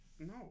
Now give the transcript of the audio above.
No